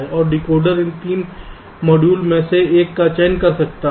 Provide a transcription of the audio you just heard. और डिकोडर इन 3 मॉड्यूल में से एक का चयन कर सकता है